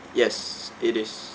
yes it is